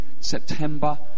September